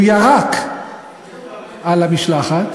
הוא ירק על המשלחת